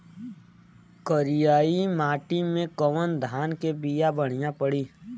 करियाई माटी मे कवन धान के बिया बढ़ियां पड़ी?